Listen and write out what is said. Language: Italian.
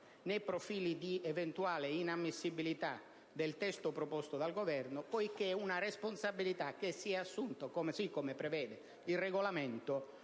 né profili di eventuale inammissibilità del testo proposto dal Governo, perché è una responsabilità che si è assunta, così come prevede il Regolamento,